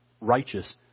righteous